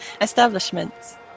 establishments